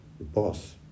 boss